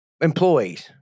employees